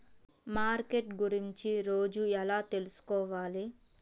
Market గురించి రోజు ఎలా తెలుసుకోవాలి?